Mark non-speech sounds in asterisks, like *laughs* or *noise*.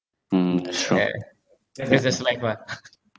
mm that's just life ah *laughs*